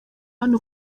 hano